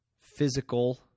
physical